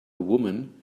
woman